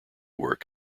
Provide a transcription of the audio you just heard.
work